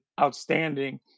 outstanding